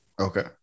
Okay